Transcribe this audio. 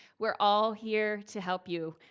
we're all here to help you.